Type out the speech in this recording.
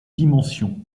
dimensions